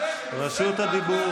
רשות הדיבור